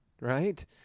right